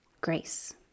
Grace